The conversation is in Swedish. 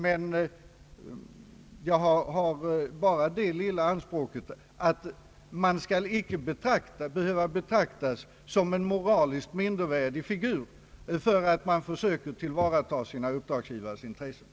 Jag har bara det blygsamma anspråket, att man icke skall behöva betraktas som en moraliskt mindervärdig figur för att man försöker tillvarata sina uppdragsgivares intressen.